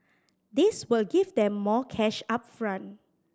this will give them more cash up front